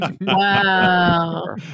Wow